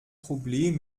problem